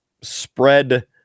Spread